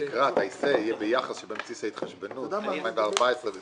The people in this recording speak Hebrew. משרד האוצר התחייב להעביר 10 מיליון שקלים למכון